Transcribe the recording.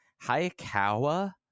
hayakawa